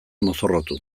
mozorrotu